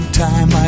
time